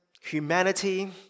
humanity